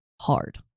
hard